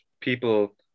people